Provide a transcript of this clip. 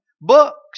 books